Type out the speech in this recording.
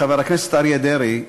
חבר הכנסת אריה דרעי,